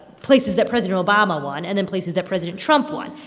places that president obama won and then places that president trump won.